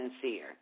sincere